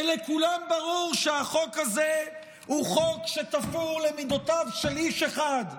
כי לכולם ברור שהחוק הזה הוא חוק שתפור למידותיו של איש אחד,